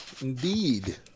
Indeed